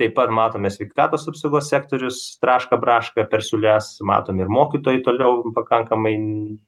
taip pat matome sveikatos apsaugos sektorius traška braška per siūles matom ir mokytojų toliau pakankamai